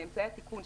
לאמצעי התיקון,